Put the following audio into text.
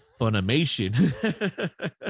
funimation